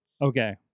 okay